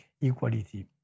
equality